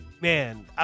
man